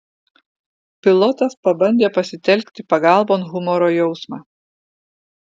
pilotas pabandė pasitelkti pagalbon humoro jausmą